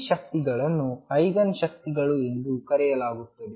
ಈ ಶಕ್ತಿಗಳನ್ನು ಐಗನ್ ಶಕ್ತಿಗಳು ಎಂದು ಕರೆಯಲಾಗುತ್ತದೆ